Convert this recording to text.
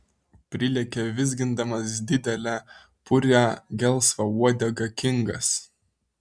prilekia vizgindamas didelę purią gelsvą uodegą kingas